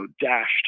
dashed